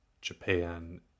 Japan